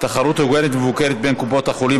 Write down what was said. תחרות הוגנת ומבוקרת בין קופות החולים),